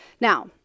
Now